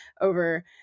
over